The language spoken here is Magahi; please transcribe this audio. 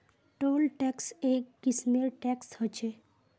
टोल टैक्स एक किस्मेर टैक्स ह छः